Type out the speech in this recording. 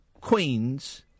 queens